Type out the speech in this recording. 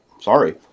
Sorry